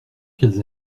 qu’elles